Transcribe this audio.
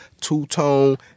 two-tone